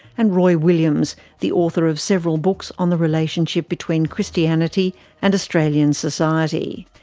and roy williams, the author of several books on the relationship between christianity and australian society.